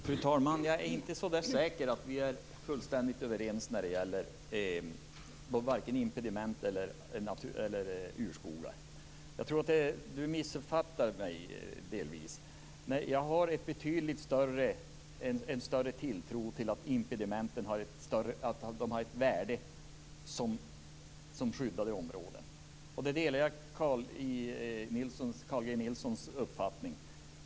Fru talman! Jag är inte så säker på att vi är fullständigt överens när det gäller vare sig impediment eller urskogar. Jag tror att Gudrun Lindvall delvis missuppfattar mig. Jag har en betydligt större tilltro till att impedimenten har ett värde som skyddade områden. Där delar jag Carl G Nilssons uppfattning.